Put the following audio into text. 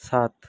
সাত